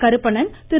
Karuppanan Thiru